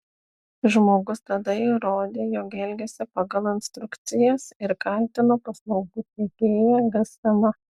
žmogus tada įrodė jog elgėsi pagal instrukcijas ir kaltino paslaugų teikėją gsm